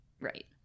Right